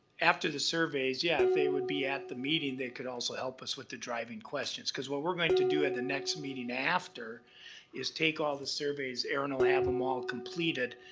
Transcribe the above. after the surveys, yeah, if they would be at the meeting, they could also help us with the driving questions. cause what we're going to do at the next meeting after is take all the surveys, erin'll have them all completed,